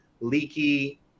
leaky